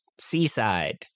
Seaside